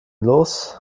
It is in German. los